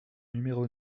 numéro